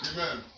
Amen